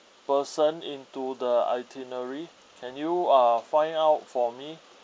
person into the itinerary can you uh find out for me